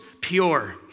pure